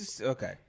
Okay